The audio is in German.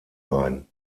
ein